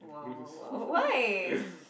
wow wow wow why